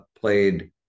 played